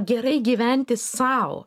gerai gyventi sau